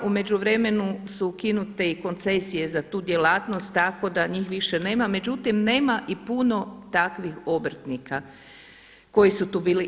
U međuvremenu su ukinute i koncesije za tu djelatnost tako da njih više nema, međutim nema i puno takvih obrtnika koji su tu bili.